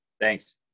thanks